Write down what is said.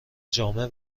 جامع